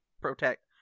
protect